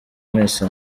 mwese